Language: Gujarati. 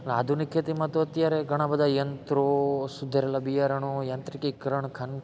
આધુનિક ખેતીમાં તો અત્યારે ઘણાં બધાં યંત્રો સુધારેલ બિયારણો યાંત્રિકીકરણ ખની